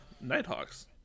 Nighthawks